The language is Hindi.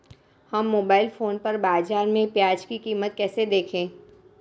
हम मोबाइल फोन पर बाज़ार में प्याज़ की कीमत कैसे देखें?